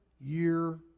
year